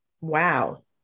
Wow